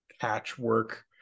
patchwork